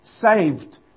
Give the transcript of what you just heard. saved